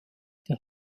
der